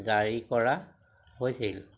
জাৰী কৰা হৈছিল